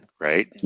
right